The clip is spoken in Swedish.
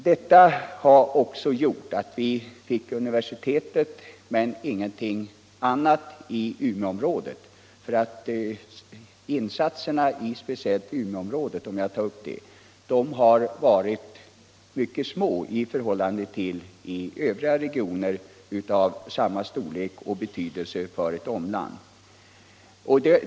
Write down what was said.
Detta har också gjort att vi fick universitetet men ingenting annat till Umeåområdet. Insatserna i speciellt Umeåområdet — om jag får ta upp det — har varit mycket små i förhållande till insatserna i övriga regioner av samma storlek och betydelse för ett omland.